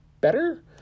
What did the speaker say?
better